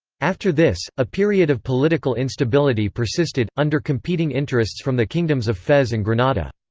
after this, a period of political instability persisted, under competing interests from the kingdoms of fez and granada.